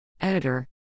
Editor